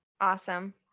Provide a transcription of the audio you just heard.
Awesome